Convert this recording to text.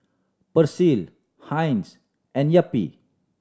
Persil Heinz and Yupi